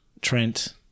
Trent